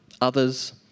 others